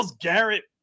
Garrett